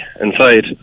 inside